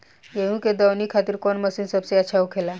गेहु के दऊनी खातिर कौन मशीन सबसे अच्छा होखेला?